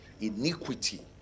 Iniquity